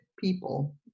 people